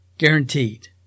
Guaranteed